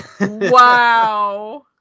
Wow